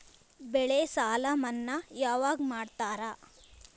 ಬೆಳೆ ಸಾಲ ಮನ್ನಾ ಯಾವಾಗ್ ಮಾಡ್ತಾರಾ?